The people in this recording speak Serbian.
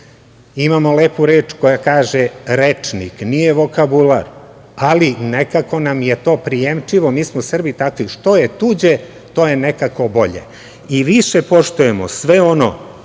lepu reč koja kaže – rečnik, nije vokabular, ali nekako nam je to prijemčivo. Mi smo Srbi takvi, što je tuđe to je nekako bolje i više poštujemo sve ono